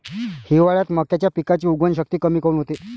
हिवाळ्यात मक्याच्या पिकाची उगवन शक्ती कमी काऊन होते?